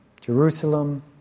Jerusalem